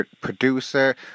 producer